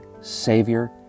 Savior